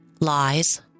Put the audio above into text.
lies